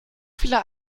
viele